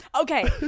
Okay